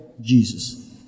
Jesus